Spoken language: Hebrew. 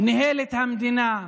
ניהל את המדינה,